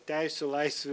teisių laisvių